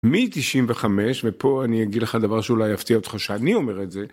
מ-95 ופה אני אגיד לך דבר שאולי יפתיע אותך שאני אומר את זה.